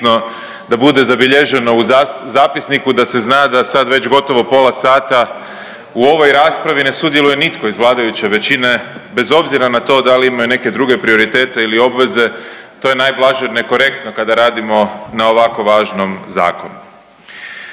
da bude zabilježeno u zapisniku da se zna da sad već gotovo pola sata u ovoj raspravi ne sudjeluje nitko iz vladajuće većine bez obzira na to da li imaju neke druge prioritete ili obveze, to je najblaže nekorektno kada radimo na ovako važnom zakonu.